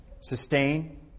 sustain